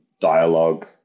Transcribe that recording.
dialogue